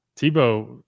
Tebow